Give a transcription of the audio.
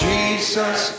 Jesus